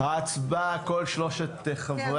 ההצעה התקבלה